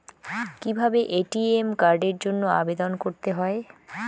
কিভাবে এ.টি.এম কার্ডের জন্য আবেদন করতে হয়?